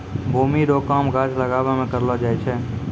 भूमि रो काम गाछ लागाबै मे करलो जाय छै